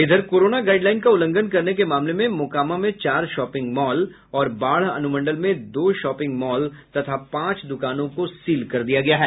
इधर corona guideline का उल्लंघन करने के मामले में मोकामा में चार शॉपिंग मॉल और बाढ़ अनुमंडल में दो शॉपिंग मॉल तथा पांच दुकानों को सील कर दिया गया है